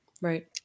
Right